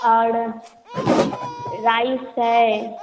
और राइस है